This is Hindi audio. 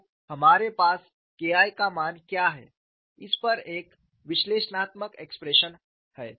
तो हमारे पास K I का मान क्या है इस पर एक विश्लेषणात्मक एक्सप्रेशन है